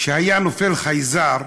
שהיה נופל חייזר,